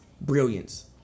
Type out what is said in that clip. brilliance